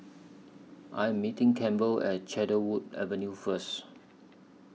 I Am meeting Campbell At Cedarwood Avenue First